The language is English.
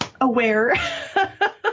aware